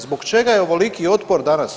Zbog čega je ovoliki otpor danas?